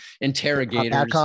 interrogators